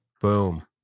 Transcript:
Boom